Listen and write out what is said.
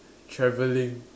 travelling